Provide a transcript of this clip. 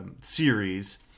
series